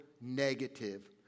negative